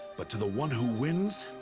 but to the one who wins.